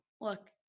Look